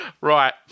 Right